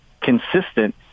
consistent